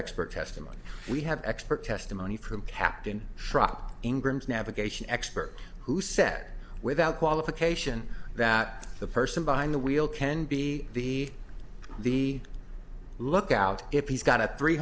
expert testimony we have expert testimony from captain shop ingram's navigation expert who said without qualification that the person behind the wheel can be the lookout if he's got a three